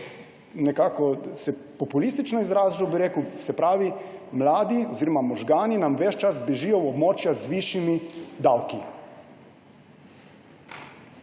nekako populistično izrazil, bi rekel, da mladi oziroma možgani nam ves čas bežijo v območja z višjimi davki.